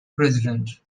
president